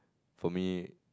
for me